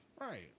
Right